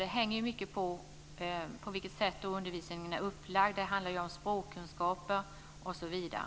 Det hänger mycket på hur undervisningen är upplagd. Det handlar ju om språkkunskaper osv.